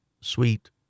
Sweet